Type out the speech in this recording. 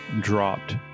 dropped